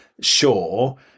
sure